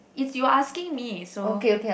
it's you asking me so